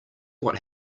what